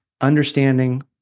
understanding